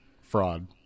fraud